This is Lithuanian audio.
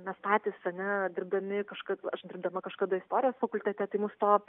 mes patys ar ne dirbdami kažkaip aš dirbdama kažkada istorijos fakultete tai nustok